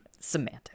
Semantic